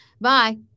bye